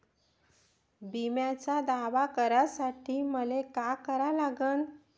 बिम्याचा दावा करा साठी मले का करा लागन?